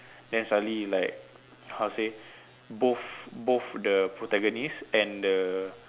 then suddenly like how to say both both the protagonist and the